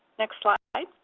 next slide.